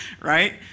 right